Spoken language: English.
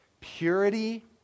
Purity